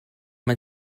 man